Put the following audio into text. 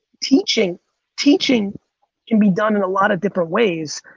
teaching teaching can be done in a lot of different ways.